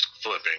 flipping